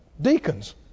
deacons